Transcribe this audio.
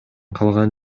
калган